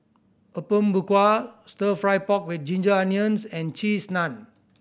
Apom Berkuah Stir Fry pork with ginger onions and Cheese Naan